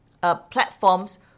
platforms